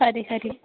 खरी खरी